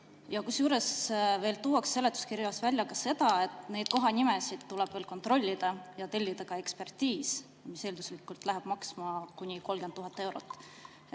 ei muuda. Ja veel tuuakse seletuskirjas välja , et neid kohanimesid tuleb veel kontrollida ja tellida ka ekspertiis, mis eelduslikult läheb maksma kuni 30 000 eurot.